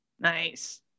Nice